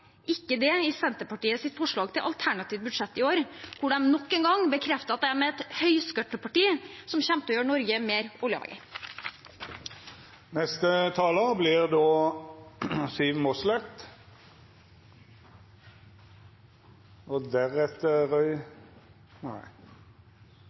ikke det i Senterpartiets forslag til alternativt budsjett i år, hvor de nok en gang bekrefter at de er et høyskatteparti som kommer til å gjøre Norge mer